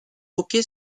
hockey